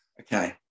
Okay